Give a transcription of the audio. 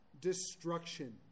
destruction